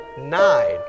nine